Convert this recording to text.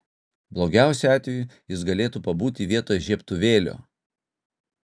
blogiausiu atveju jis galėtų pabūti vietoj žiebtuvėlio